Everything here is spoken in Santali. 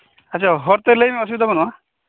ᱟᱪᱪᱷᱟ ᱦᱚᱲᱛᱮ ᱞᱟᱹᱭᱢᱮ ᱠᱚᱱᱚ ᱚᱥᱩᱵᱤᱫᱟ ᱵᱟᱱᱩᱜᱼᱟ